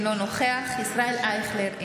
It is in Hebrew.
אינו נוכח ישראל אייכלר,